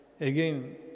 Again